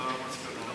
את המסקנות?